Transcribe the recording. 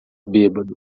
bêbado